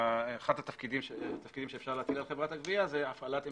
שאחד התפקידים שניתן להטיל על חברת הגבייה זה גביית